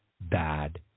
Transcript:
bad